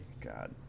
God